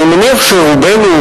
אני מניח שרובנו,